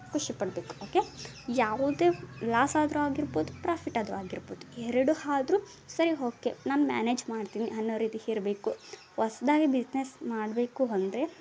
ಖುಷಿಪಡಬೇಕು okay ಯಾವುದೇ loss ಆದರೂ ಆಗಿರ್ಬೋದು ಪ್ರಾಫಿಟ್ ಆದರೂ ಆಗಿರ್ಬೋದು ಎರಡೂ ಆದ್ರೂ ಸರಿ ಹೋಕೆ ನಾನು ಮ್ಯಾನೇಜ್ ಮಾಡ್ತೀನಿ ಅನ್ನೋ ರೀತಿ ಇರ್ಬೇಕು ಹೊಸ್ದಾಗಿ ಬಿಸ್ನೆಸ್ ಮಾಡಬೇಕು ಅಂದ್ರೆ